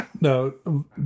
No